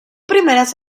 primeras